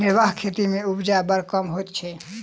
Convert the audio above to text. निर्वाह खेती मे उपजा बड़ कम होइत छै